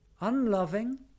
unloving